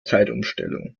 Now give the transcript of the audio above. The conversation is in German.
zeitumstellung